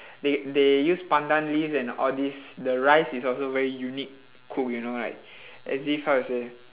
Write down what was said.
they they use pandan leaves and all this the rice is also very unique cook you know like as if how to say